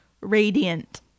Radiant